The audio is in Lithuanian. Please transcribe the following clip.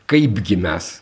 kaipgi mes